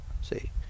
see